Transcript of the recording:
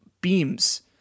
beams